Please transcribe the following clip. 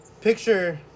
picture